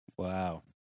Wow